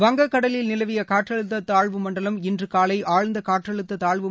வங்கக்கடலில் நிலவிய காற்றழுத்த தாழ்வு மண்டலம் இன்று காலை ஆழ்ந்த காற்றழுத்த தாழ்வு